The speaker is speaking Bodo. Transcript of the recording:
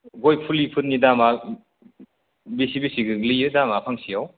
गय फुलिफोरनि दामा बेसे बेसे गोग्लैयो दामा फांसेआव